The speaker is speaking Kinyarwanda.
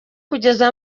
kugeza